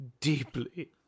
deeply